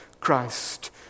Christ